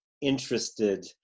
interested